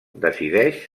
decideix